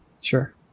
Sure